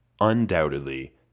undoubtedly